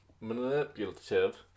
manipulative